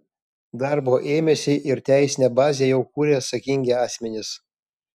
darbo ėmėsi ir teisinę bazę jau kuria atsakingi asmenys